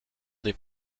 des